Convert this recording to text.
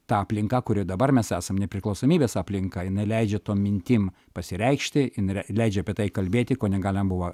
ta aplinka kurioj dabar mes esam nepriklausomybės aplinka jinai leidžia tom mintim pasireikšti jinai le leidžia apie tai kalbėti ko negalima buvo